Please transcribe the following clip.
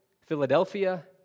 Philadelphia